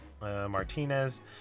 Martinez